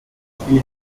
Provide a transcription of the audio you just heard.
spiel